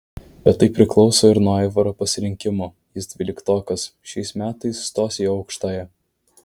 bet tai priklauso ir nuo aivaro pasirinkimo jis dvyliktokas šiais metais stos į aukštąją